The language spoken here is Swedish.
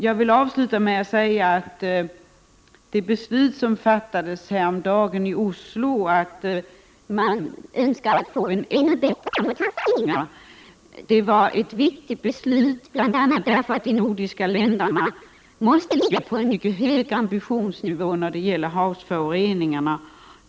Jag vill avsluta med att säga att det beslut som fattades häromdagen i Oslo, att man önskar att få en ännu bättre plan mot havsföroreningar, var viktigt, eftersom de nordiska länderna måste ha mycket hög ambitionsnivå när det gäller havsföroreningar.